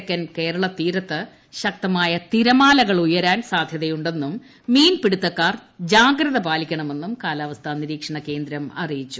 തെക്കൻ കേരള തീരത്ത് ശക്തമായ തിരമാലകൾ ഉയരാൻ സാധ്യതയു ന്നും മത്സ്യത്തൊഴിലാളികൾ ജാഗ്രത പാലിക്കണമെന്നും കാലാവസ്ഥ നിരീക്ഷണ കേന്ദ്രം അറിയിച്ചു